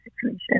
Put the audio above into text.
situation